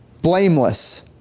blameless